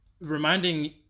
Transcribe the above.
reminding